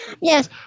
Yes